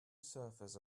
surfers